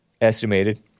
estimated